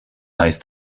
heißt